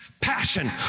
Passion